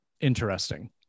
interesting